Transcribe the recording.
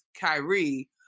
Kyrie